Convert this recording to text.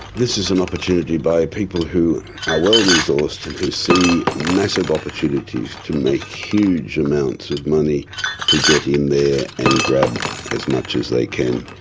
this is an opportunity by people who are well resourced and who see massive opportunities to make huge amounts of money to get in there and grab as much as they can.